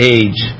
age